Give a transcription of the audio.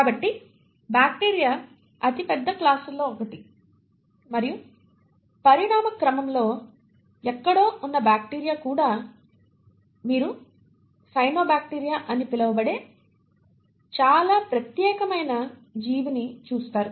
కాబట్టి బ్యాక్టీరియా అతిపెద్ద క్లాసుల్లో ఒకటి మరియు పరిణామ క్రమంలో ఎక్కడో ఉన్న బ్యాక్టీరియాలో కూడా మీరు సైనోబాక్టీరియా అని పిలువబడే చాలా ప్రత్యేకమైన జీవిని చూస్తారు